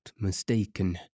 mistaken